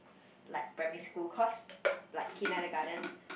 like primary school cause like kindergarten